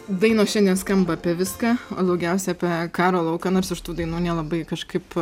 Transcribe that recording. dainos šiandien skamba apie viską daugiausiai apie karo lauką nors iš tų dainų nelabai kažkaip